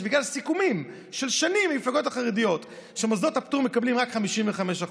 שבגלל סיכומים של שנים עם המפלגות החרדיות שמוסדות הפטור מקבלים רק 55%,